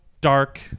dark